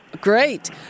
Great